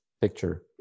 picture